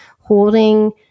holding